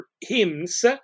hymns